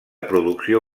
producció